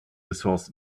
ressorts